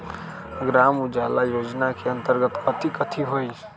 ग्राम उजाला योजना के अंतर्गत कथी कथी होई?